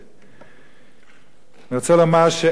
אני רוצה לומר שאין מדינה בעולם,